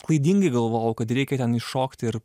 klaidingai galvojau kad reikia ten iššokti ir